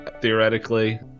theoretically